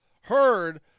heard